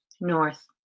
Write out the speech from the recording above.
north